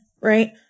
right